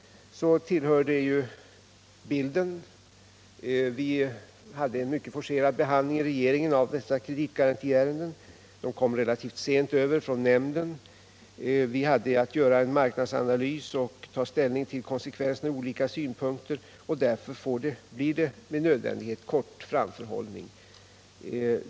Jag vill säga att detta är något som hör till bilden. Vi hade en mycket forcerad behandling i regeringen av dessa kreditgarantiärenden, som kom över relativt sent från nämnden. Vi hade att göra en marknadsanalys och att ta ställning till konsekvenserna från olika synpunkter, och därför blir det med nödvändighet kort framförhållning.